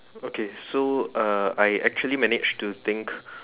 okay so uh I actually managed to think